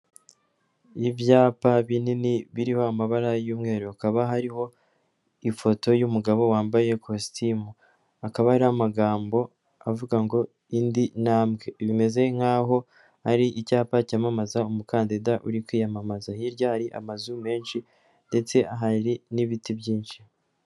Ibyapa binini biriho amabara y'umweru hakaba hariho ifoto y'umugabo wambaye kositimu, akaba hariho amagambo avuga ngo indi ntabwe, bimeze nkaho ari icyapa cyamamaza umukandida uri kwiyamamaza, hirya hari amazu menshi, ndetse hari n'ibiti byinshi.